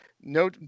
no